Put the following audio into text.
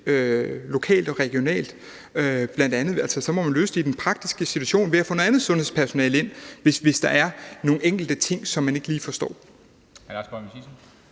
lokalt og regionalt. Man må bl.a. løse det i den praktiske situation ved at få noget andet sundhedspersonale ind, hvis der er nogle enkelte ting, som man ikke lige forstår. Kl. 11:06 Formanden